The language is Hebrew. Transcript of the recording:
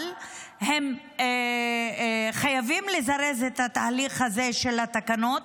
אבל הם חייבים לזרז את התהליך הזה של התקנות.